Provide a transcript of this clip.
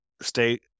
state